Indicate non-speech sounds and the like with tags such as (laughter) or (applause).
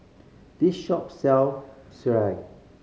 this shop sell (unintelligible)